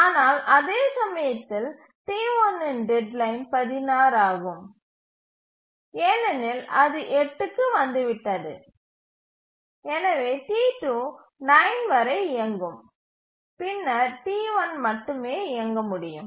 ஆனால் அதே சமயத்தில் T1 இன் டெட்லைன் 16 ஆகும் ஏனெனில் அது 8 க்கு வந்துவிட்டது எனவே T2 9 வரை இயங்கும் பின்னர் T1 மட்டுமே இயங்க முடியும்